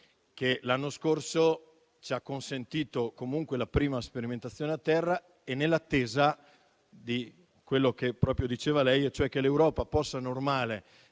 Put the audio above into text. che l'anno scorso ci ha consentito comunque la prima sperimentazione a terra proprio nell'attesa di quello che diceva lei e, cioè, che l'Europa possa normare